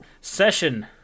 Session